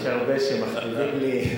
יש הרבה שמכתיבים לי.